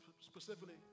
specifically